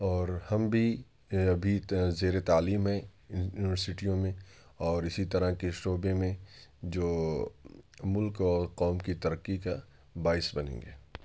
اور ہم بھی ابھی زیر تعلیم ہیں یونیورسٹیوں میں اور اسی طرح کے شعبے میں جو ملک اور قوم کی ترقی کا باعث بنیں گے